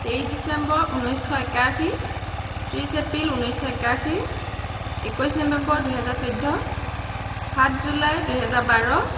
তেইছ ডিচেম্বৰ উনৈছশ একাশী ত্ৰিছ এপ্ৰিল উনৈছশ একাশী একৈছ নৱেম্বৰ দুহেজাৰ চৈধ্য সাত জুলাই দুহেজাৰ বাৰ